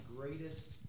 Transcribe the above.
greatest